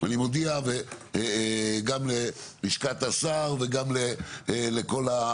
ואני מודיע גם ללשכת השר וגם לנוכחים